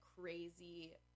crazy